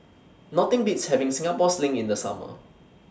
Nothing Beats having Singapore Sling in The Summer